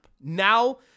Now